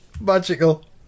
Magical